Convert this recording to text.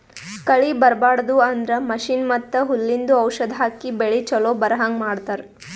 ಕಳಿ ಬರ್ಬಾಡದು ಅಂದ್ರ ಮಷೀನ್ ಮತ್ತ್ ಹುಲ್ಲಿಂದು ಔಷಧ್ ಹಾಕಿ ಬೆಳಿ ಚೊಲೋ ಬರಹಂಗ್ ಮಾಡತ್ತರ್